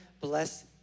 Bless